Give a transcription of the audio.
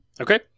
Okay